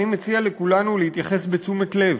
אני מציע לכולנו להתייחס בתשומת לב